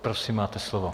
Prosím, máte slovo.